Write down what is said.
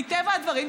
מטבע הדברים,